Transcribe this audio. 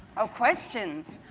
oh, questions.